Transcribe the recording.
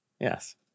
Yes